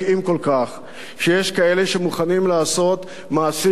כאלה שמוכנים לעשות מעשים איומים ונוראים,